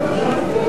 לשנת התקציב 2012,